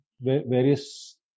various